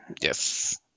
yes